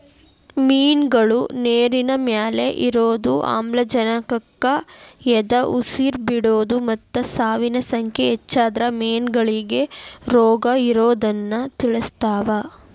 ಮಿನ್ಗಳು ನೇರಿನಮ್ಯಾಲೆ ಇರೋದು, ಆಮ್ಲಜನಕಕ್ಕ ಎದಉಸಿರ್ ಬಿಡೋದು ಮತ್ತ ಸಾವಿನ ಸಂಖ್ಯೆ ಹೆಚ್ಚಾದ್ರ ಮೇನಗಳಿಗೆ ರೋಗಇರೋದನ್ನ ತಿಳಸ್ತಾವ